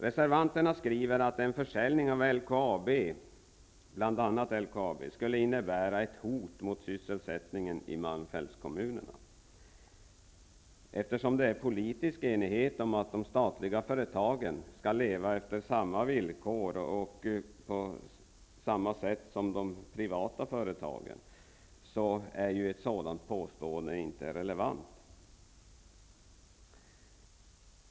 Reservanterna skriver att en försäljning av bl.a. LKAB skulle innebära ett hot mot sysselsättningen i Malmfältskommunerna. Eftersom det är politisk enighet om att de statliga företagen skall leva på samma villkor och på samma sätt som de privata företagen, är ju ett sådant påstående inte relevant.